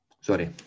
Sorry